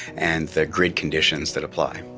and the grid conditions that apply.